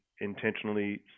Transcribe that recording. intentionally